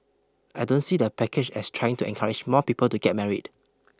I don't see the package as trying to encourage more people to get married